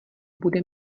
bude